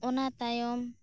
ᱚᱱᱟ ᱛᱟᱭᱚᱢ